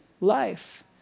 life